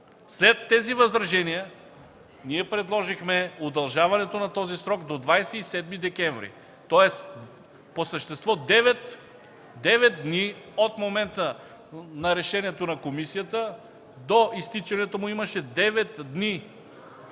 След тези възражения ние предложихме удължаването на този срок до 27 декември, тоест по същество 9 дни. От момента на решението на комисията до изтичането му имаше 9 дни,